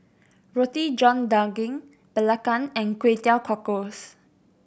Roti John Daging belacan and Kway Teow Cockles